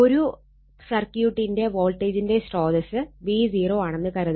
ഒരു സർക്യൂട്ടിന്റെ വോൾട്ടേജിന്റെ സ്രോതസ്സ് V0 ആണെന്ന് കരുതുക